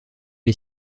est